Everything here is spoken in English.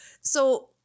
So-